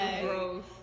gross